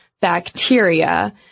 bacteria